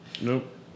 Nope